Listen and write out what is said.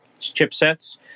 chipsets